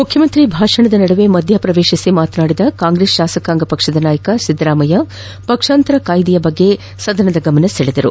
ಮುಖ್ಯಮಂತ್ರಿ ಭಾಷಣದ ನಡುವೆ ಮಧ್ಯ ಪ್ರವೇಶಿಸಿ ಮಾತನಾಡಿದ ಕಾಂಗ್ರೆಸ್ ಶಾಸಕಾಂಗ ಪಕ್ಷದ ನಾಯಕ ಸಿದ್ದರಾಮಯ್ಯ ಪಕ್ಷಾಂತರ ಕಯಿದೆಯ ದ ಬಗ್ಗೆ ಸದನದ ಗಮನ ಸೆಳೆದರು